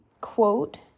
quote